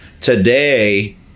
Today